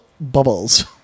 Bubbles